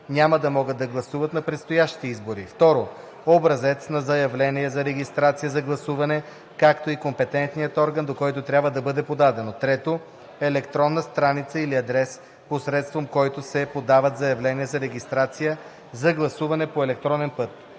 няма да могат да гласуват на предстоящите избори; 2. образец на заявление за регистрация за гласуване, както и компетентният орган, до който трябва да бъде подадено; 3. електронна страница или адрес, посредством които се подават заявления за регистрация за гласуване по електронен път.“